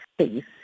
space